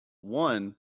One